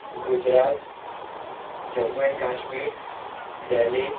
Gujarat Jammu and Kashmir Delhi